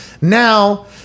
now